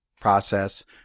process